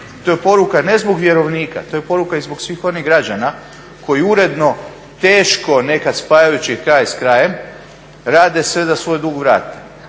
To je poruka ne zbog vjerovnika, to je poruka i zbog svih onih građana koji uredno teško nekad spajajući kraj s krajem rade sve da svoj dug vrate.